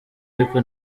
ariko